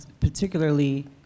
particularly